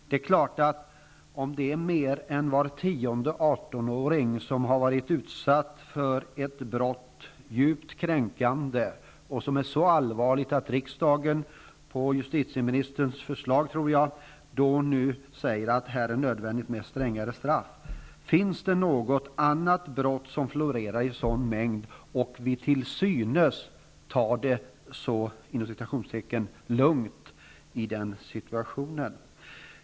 Det är klart att det är allvarligt om mer än var tionde 18-åring har varit utsatt för ett djupt kränkande brott, som är så allvarligt att riksdagen -- på justitieministerns förslag, tror jag -- har ansett att det är nödvändigt med strängare straff, som justitieministern säger i svaret. Finns det något annat brott som florerar i sådan mängd, och förekommer det då att vi till synes tar det så ''lugnt''?